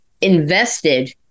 invested